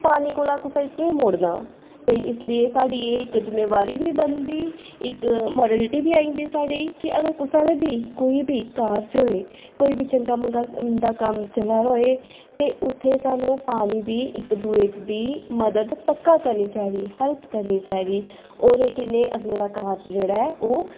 पानी कोला कुसै ई केह् मोड़ना ते इस लेई साढ़ी एह् इक जिम्मेवारी बी बनदी इक मारलटी बी आई जंदी साढ़ी कि अगर कुसै दी बी कोई बी कारज होऐ कोई बी चंगा मंगा मंदा कम्म चला दे होए ते उत्थै स्हान्नूं पानी दी इक दूए दी मदद पक्का करनी चाहिदी हैल्प करनी चाहिदी ओह्दे कन्नै अगले दा कारज जेह्ड़ा ऐ ओह्